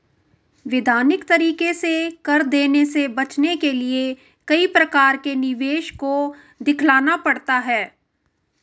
वैधानिक तरीके से कर देने से बचने के लिए कई प्रकार के निवेश को दिखलाना पड़ता है